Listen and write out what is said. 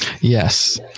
Yes